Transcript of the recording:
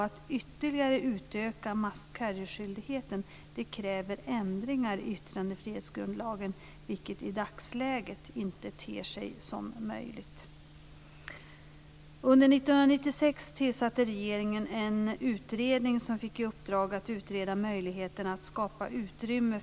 Att ytterligare utöka must carry-skyldigheten kräver ändringar i yttrandefrihetsgrundlagen, vilket i dagsläget inte ter sig som möjligt.